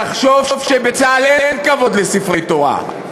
יחשוב שבצה"ל אין כבוד לספרי תורה,